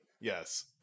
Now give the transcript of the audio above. Yes